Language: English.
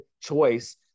choice